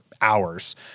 hours